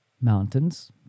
mountains